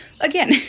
Again